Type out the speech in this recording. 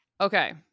Okay